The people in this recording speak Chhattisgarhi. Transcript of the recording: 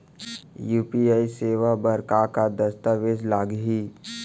यू.पी.आई सेवा बर का का दस्तावेज लागही?